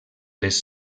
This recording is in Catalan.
les